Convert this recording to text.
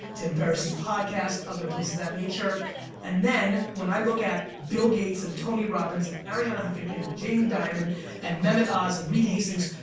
tim ferris's podcast, other places of that nature and then when i look at bill gates and tony robbins and arianna huffington and jamie dimon and mehmet oz and reed hastings,